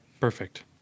perfect